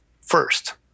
first